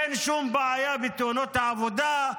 אין שום בעיה בתאונות העבודה.